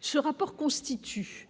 ce rapport constitue